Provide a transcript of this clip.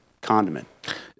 condiment